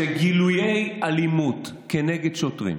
שגילויי אלימות כנגד שוטרים,